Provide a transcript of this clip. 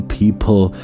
people